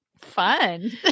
Fun